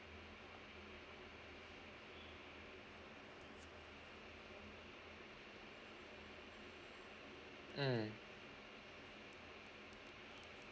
mm